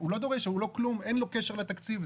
אין לו קשר לתקציב.